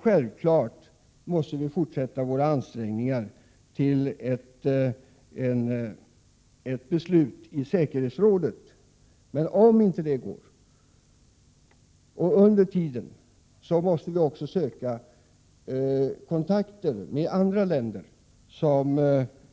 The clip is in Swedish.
Självfallet måste vi också fortsätta våra ansträngningar att nå ett beslut i säkerhetsrådet. Om detta inte går och under tiden fram till beslutet måste vi också söka kontakter med andra länder som